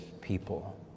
people